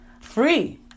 free